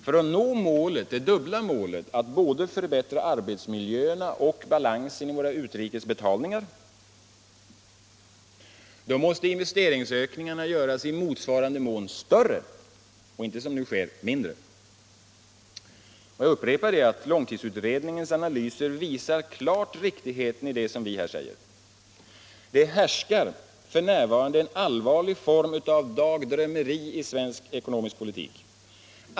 För att nå det dubbla målet att förbättra både arbetsmiljöerna och balansen i våra utrikes betalningar måste investeringsökningarna göras i motsvarande mån större och inte, som nu sker, mindre. Jag upprepar att långtidsutredningens analyser klart visar riktigheten i det som vi här säger. Det härskar f. n. en allvarlig form av dagdrömmeri i svensk ekonomisk politik.